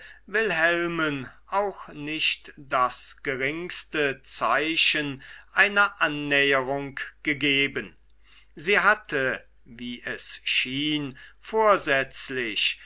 wilhelmen auch nicht das geringste zeichen einer annäherung gegeben sie hatte wie es schien vorsätzlich